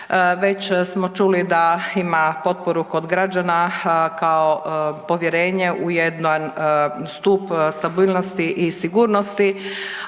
Već smo čuli da ima potporu kod građana kao povjerenje u jedan stup stabilnosti i sigurnosti,